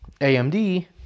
amd